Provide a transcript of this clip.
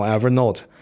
Evernote